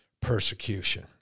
persecution